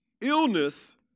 illness